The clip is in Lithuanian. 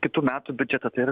kitų metų biudžete tai yra